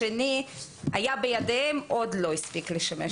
השני היה בידיהם ועוד לא הספיק לשמש.